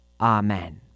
amen